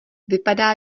vypadá